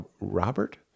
Robert